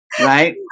right